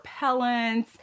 repellents